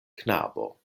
knabo